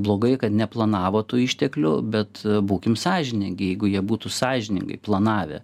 blogai kad neplanavo tų išteklių bet būkim sąžiningi jeigu jie būtų sąžiningai planavę